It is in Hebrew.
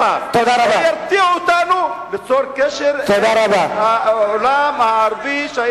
כמו שיהודים מרוסיה או יהודים מכל העולם אתם מביאים ואומרים,